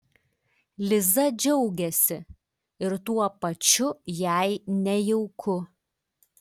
liza džiaugiasi ir tuo pačiu jai nejauku